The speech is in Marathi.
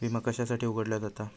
विमा कशासाठी उघडलो जाता?